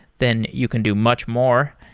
then you can do much more.